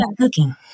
cooking